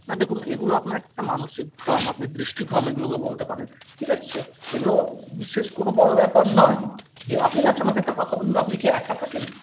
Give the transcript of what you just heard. না দেখুন এগুলো আপনার একটা মানসিক ভ্রম আপনি দৃষ্টিভ্রম এইগুলোকে বলতে পারেন ঠিক আছে এগুলো বিশেষ কোনো বড় ব্যাপার নয় যে আপনি আচ্ছা আমাকে একটা কথা বলুন আপনি কি একা থাকেন